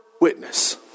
witness